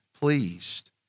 pleased